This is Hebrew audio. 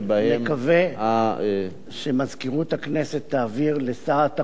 אני מקווה שמזכירות הכנסת תעביר לשר התחבורה